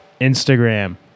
Instagram